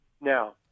now